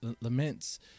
laments